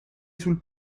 sul